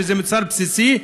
שזה מוצר בסיסי,